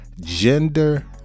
gender